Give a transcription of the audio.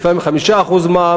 לפעמים 5% מע"מ,